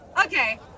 Okay